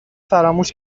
فراموش